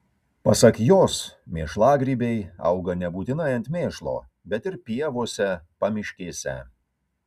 pasak jos mėšlagrybiai auga nebūtinai ant mėšlo bet ir pievose pamiškėse